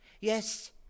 Yes